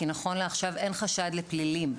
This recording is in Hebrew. כי נכון לעכשיו אין חשד לפלילים,